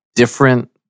Different